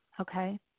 Okay